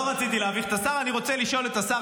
אני רוצה לשאול את השר,